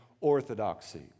orthodoxy